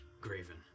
Graven